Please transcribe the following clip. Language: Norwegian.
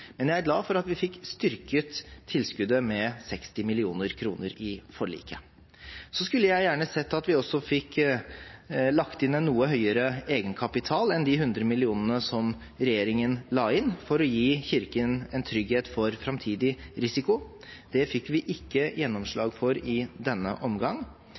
Jeg er glad for at vi fikk styrket tilskuddet med 60 mill. kr i forliket. Jeg skulle gjerne sett at vi også fikk lagt inn en noe høyere egenkapital enn de 100 mill. kr som regjeringen la inn, for å gi Kirken en trygghet for framtidig risiko. Det fikk vi ikke gjennomslag for i denne omgang,